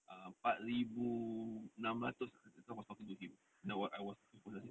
uh empat ribu enam ratus I was talking to him I was I was talking to him I say